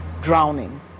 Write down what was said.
drowning